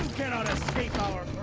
cannot escape our